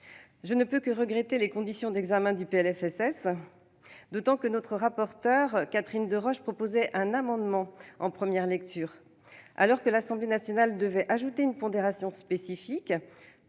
Je ne peux que regretter les conditions d'examen de ce PLFSS, d'autant que notre rapporteure, Catherine Deroche, avait proposé un amendement intéressant en première lecture. Alors que l'Assemblée nationale devait ajouter une pondération spécifique